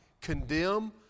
condemn